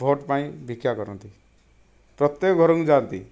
vote ପାଇଁ ଭିକ୍ଷା କରନ୍ତି ପ୍ରତ୍ୟେକ ଘରକୁ ଯାଆନ୍ତି